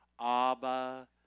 Abba